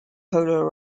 polo